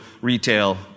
retail